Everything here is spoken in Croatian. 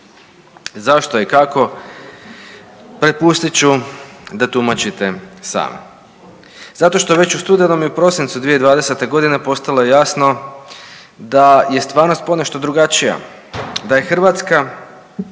Zašto i kako prepustit ću da tumačite sami. Zato što već u studenom i u prosincu 2020.g. postalo je jasno da je stvarnost ponešto drugačija, da je Hrvatska